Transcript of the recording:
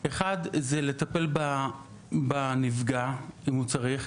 1. זה לטפל בנפגע אם הוא צריך,